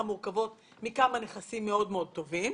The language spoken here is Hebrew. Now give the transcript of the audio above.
מורכבות מכמה נכסים מאוד מאוד טובים.